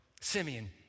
Simeon